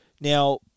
Now